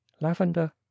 Lavender